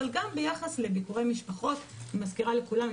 אבל גם ביחס לביקורי משפחות אני מזכירה לכולם,